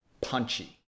punchy